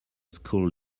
school